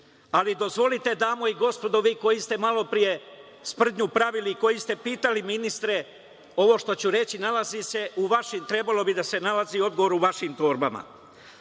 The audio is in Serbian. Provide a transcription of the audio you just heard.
Vujović. Dozvolite, dame i gospodo, vi koji ste malo pre sprdnju pravili i koji ste pitali ministre, ovo što ću reći nalazi se u vašim, trebalo bi da se nalazi, odgovor u vašim torbama,